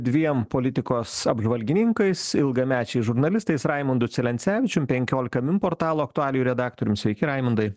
dviem politikos apžvalgininkais ilgamečiais žurnalistais raimundu celencevičium penkiolika min portalo aktualijų redaktorium sveiki raimundai